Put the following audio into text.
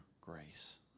grace